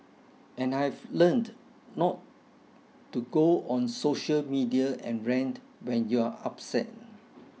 and I've learnt not to go on social media and rant when you're upset